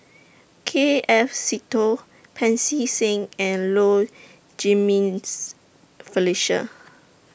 K F Seetoh Pancy Seng and Low Jimenez Felicia